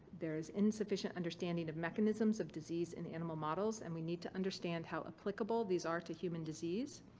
there's insufficient understanding of mechanisms of disease in animal models and we need to understand how applicable these are to human disease.